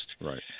Right